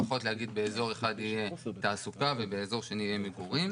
פחות להעדיף שבאזור אחד יהיה תעסוקה ובאזור שני יהיה מגורים.